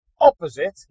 opposite